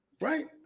Right